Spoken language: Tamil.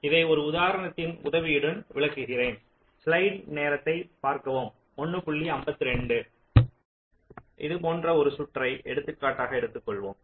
இதை ஒரு உதாரணத்தின் உதவியுடன் விளக்குகிறேன் இது போன்ற ஒரு சுற்றை எடுத்துக்காட்டாக எடுத்துக்கொள்வோம்